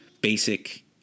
basic